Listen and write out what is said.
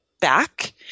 back